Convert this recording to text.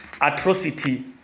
atrocity